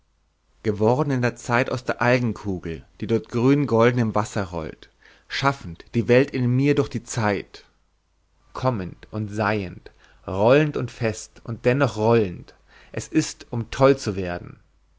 geworden in der zeit aus der algenkugel die dort grüngolden im wasser rollt schaffend die welt in mir durch die zeit kommend und seiend rollend und fest und dennoch rollend es ist um toll zu werden